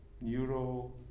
neuro